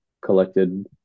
collected